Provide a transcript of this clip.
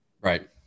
right